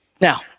Now